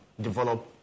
develop